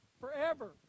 forever